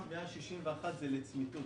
מתוכם 161 זה לצמיתות.